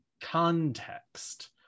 context